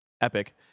epic